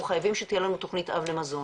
אנחנו חייבים שתהיה לנו תכנית אב למזון.